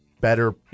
better